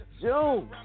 June